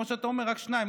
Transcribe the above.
כמו שאתה אומר, רק שניים.